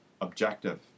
objective